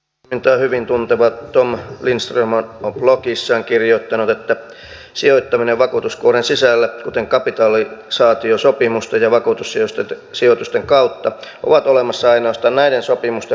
sijoitustoimintaa hyvin tunteva tom lindström on blogissaan kirjoittanut että sijoittaminen vakuutuskuoren sisällä kuten kapitaalisaatiosopimusten ja vakuutussijoitusten kautta on olemassa ainoastaan näiden sopimusten verosuunnitteluominaisuuksien takia